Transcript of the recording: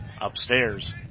upstairs